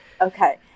Okay